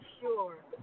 sure